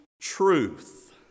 truth